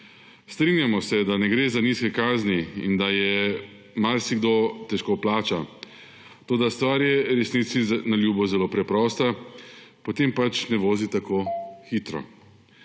Strinjamo se, da ne gre za nizke kazni in da jo marsikdo težko plača, toda stvar je resnici na ljubo zelo preprosta – potem pač ne vozi tako hitro.